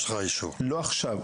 לא עכשיו.